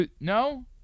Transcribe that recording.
No